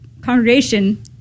congregation